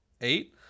Eight